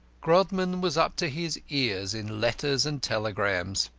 grodman was up to his ears in letters and telegrams.